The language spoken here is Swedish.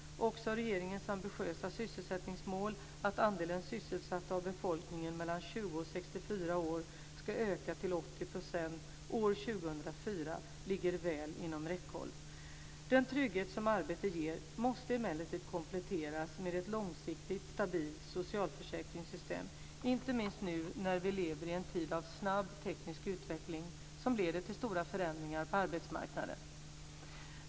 Också regeringens ambitiösa sysselsättningsmål, att andelen sysselsatta av befolkningen mellan 20 och 64 år ska öka till 80 % år 2004, ligger väl inom räckhåll. Den trygghet som arbete ger måste emellertid kompletteras med ett långsiktigt, stabilt socialförsäkringssystem - inte minst nu när vi lever i en tid av snabb, teknisk utveckling som leder till stora förändringar på arbetsmarknaden.